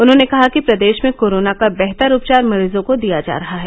उन्होंने कहा कि प्रदेश में कोरोना का बेहतर उपचार मरीजों को दिया जा रहा है